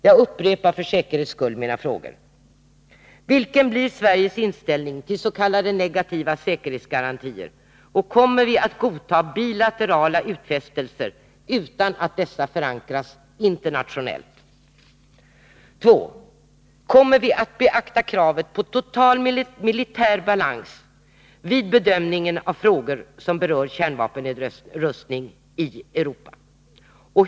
Jag upprepar för säkerhets skull mina frågor: 1. Vilken blir Sveriges inställning till s.k. negativa säkerhetsgarantier, och kommer vi att godta bilaterala utfästelser utan att dessa förankras internationellt? 2. Kommer vi att beakta kravet på total militär balans vid bedömningen av frågor som berör kärnvapennedrustning i Europa?